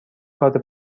کارت